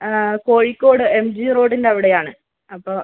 ആ Kozhikode M G റോഡിൻ്റെ അവിടെയാണ് അപ്പോൾ